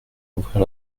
ouvrir